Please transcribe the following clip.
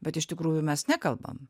bet iš tikrųjų mes nekalbam